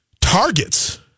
targets